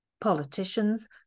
Politicians